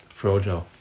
Frodo